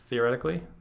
theoretically.